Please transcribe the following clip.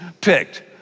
picked